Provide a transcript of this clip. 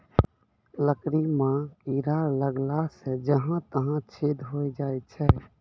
लकड़ी म कीड़ा लगला सें जहां तहां छेद होय जाय छै